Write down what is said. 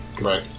right